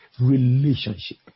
Relationship